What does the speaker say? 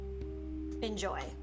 enjoy